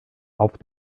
auf